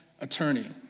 attorney